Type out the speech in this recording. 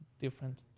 different